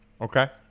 Okay